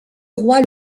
roi